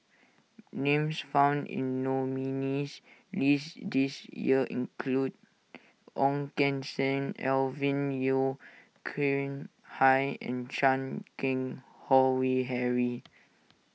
names found in the nominees' list this year include Ong Keng Sen Alvin Yeo Khirn Hai and Chan Keng Howe Harry